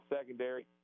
secondary